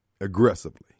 aggressively